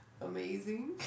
Amazing